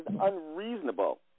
unreasonable